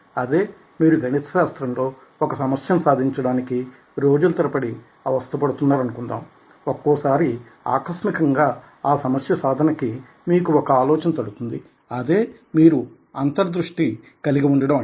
అదే మీరు గణిత శాస్త్రంలో ఒక సమస్యని సాధించడానికి రోజుల తరబడి అవస్థ పదుతున్నారనుకుందాం ఒక్కోసారి ఆకస్మికంగా ఆ సమస్య సాధనకి మీకు ఒక ఆలోచన తదుతుంది అదే మీరు అంతర్దృష్టి కలిగి వుండడం అంటే